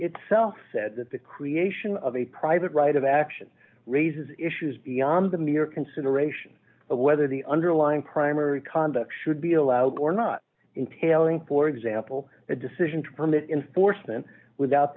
itself said that the creation of a private right of action raises issues beyond the mere consideration of whether the underlying primary conduct should be allowed or not entailing for example the decision to permit in force and without